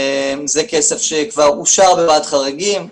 זה כסף שכבר אושר בוועדת חריגים ותוקצב.